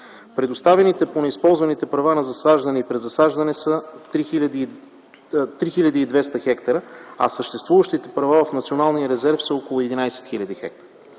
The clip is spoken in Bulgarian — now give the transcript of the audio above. Предоставените по неизползваните права на засаждане и презасаждане са 3200 хектара, а съществуващите права в националния резерв са около 11 000 хектара.